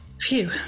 Phew